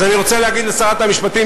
אז אני רוצה להגיד לשרת המשפטים,